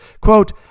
Quote